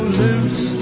loose